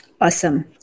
Awesome